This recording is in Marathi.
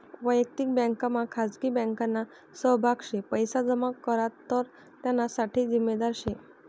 वयक्तिक बँकमा खाजगी बँकना सहभाग शे पैसा जमा करात तर त्याना साठे जिम्मेदार शे